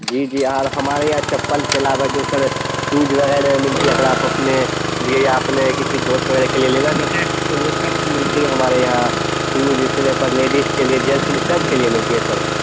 جی جی اور ہمارے یہاں چپل کے علاوہ جو سر شوز وغیرہ بھی ملتی ہے اگر آپ اپنے لیے یا اپنے کسی دوست وغیرہ کے لیے لینا چاہتے ہیں تو وہ سب ملتی ہے ہمارے یہاں شوز سلیپر لیڈیز کے لیے جینٹس کے لیے سب کے لیے ملتی ہے سر